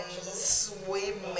swimming